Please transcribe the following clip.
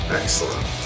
excellent